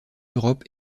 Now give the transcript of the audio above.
europe